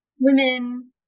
women